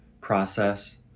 process